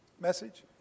message